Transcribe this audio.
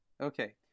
Okay